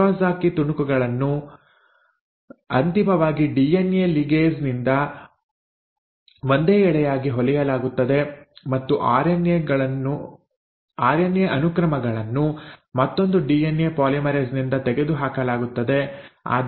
Okazaki ತುಣುಕುಗಳನ್ನು ಅಂತಿಮವಾಗಿ DNA ligase ನಿಂದ ಒಂದೇ ಎಳೆಯಾಗಿ ಹೊಲಿಯಲಾಗುತ್ತದೆ ಮತ್ತು ಆರ್ಎನ್ಎ ಅನುಕ್ರಮಗಳನ್ನು ಮತ್ತೊಂದು ಡಿಎನ್ಎ ಪಾಲಿಮರೇಸ್ ನಿಂದ ತೆಗೆದುಹಾಕಲಾಗುತ್ತದೆ